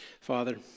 Father